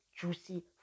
juicy